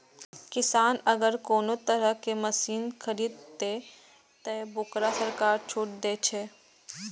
किसान अगर कोनो तरह के मशीन खरीद ते तय वोकरा सरकार छूट दे छे?